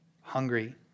hungry